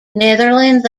netherlands